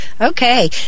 Okay